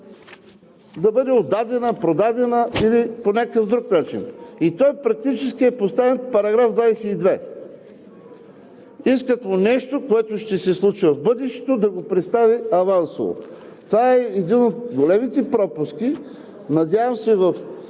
да бъде отдадена, продадена или по някакъв друг начин. Той практически е поставен в Параграф 22 – искат му нещо, което ще се случва в бъдещето, да го представи авансово! Това е един от големите пропуски. Надявам се в